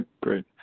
great